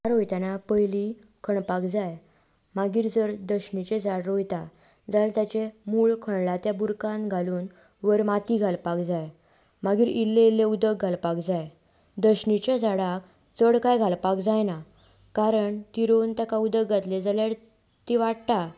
झाडां रोयतना पयलीं खणपाक जाय मागीर जर दसणीचें झाड रोयता जाल्यार तेजें मूळ खणलां तें बुरकान घालून वयर माती घालपाक जाय मागीर इल्लें इल्लें उदक घालपाक जाय दसणीचें झाडाक चड कांय घालपाक जायना कारण ती रोवन ताका उदक घातलें जाल्यार ती वाडटा